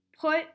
put